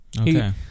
Okay